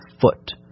foot